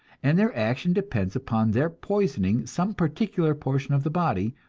and their action depends upon their poisoning some particular portion of the body,